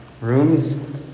rooms